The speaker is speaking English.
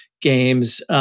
games